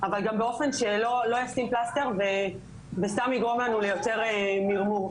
אבל גם באופן שלא ישים פלסטר וסתם יגרום לנו ליותר מרמור.